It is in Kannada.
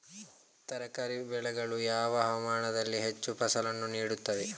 ತರಕಾರಿ ಬೆಳೆಗಳು ಯಾವ ಹವಾಮಾನದಲ್ಲಿ ಹೆಚ್ಚು ಫಸಲನ್ನು ನೀಡುತ್ತವೆ?